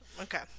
okay